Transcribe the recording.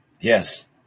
Yes